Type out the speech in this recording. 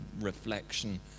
reflection